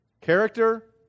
Character